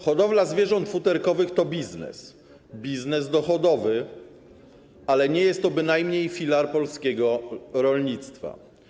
Hodowla zwierząt futerkowych to biznes dochodowy, ale nie jest to bynajmniej filar polskiego rolnictwa.